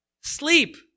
Sleep